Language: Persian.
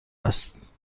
است